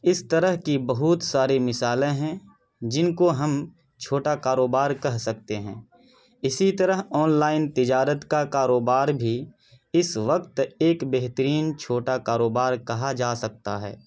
اس طرح کی بہت سارے مثالیں ہیں جن کو ہم چھوٹا کاروبار کہہ سکتے ہیں اسی طرح آن لائن تجارت کا کاروبار بھی اس وقت ایک بہترین چھوٹا کاروبار کہا جا سکتا ہے